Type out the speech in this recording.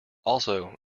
also